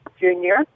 junior